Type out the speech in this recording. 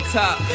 top